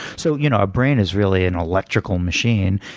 so you know a brain is really an electrical machine,